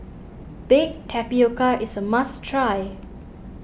Baked Tapioca is a must try